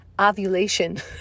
ovulation